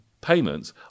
payments